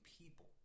people